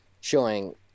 showing